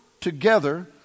together